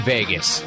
Vegas